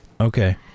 Okay